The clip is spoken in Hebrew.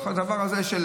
אנחנו יודעים את זה.